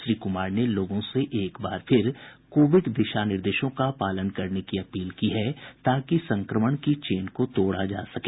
श्री कुमार ने लोगों से एक बार फिर कोविड दिशा निर्देशों का पालन करने की अपील की है ताकि संक्रमण की चेन का तोड़ा जा सके